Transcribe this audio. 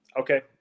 okay